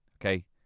okay